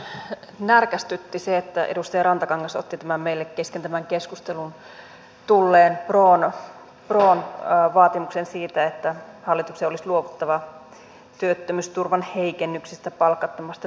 täällä kovasti närkästytti se että edustaja rantakangas otti esille tämän meille kesken tämän keskustelun tulleen pron vaatimuksen siitä että hallituksen olisi luovuttava työttömyysturvan heikennyksistä ja palkattomasta työnäytteestä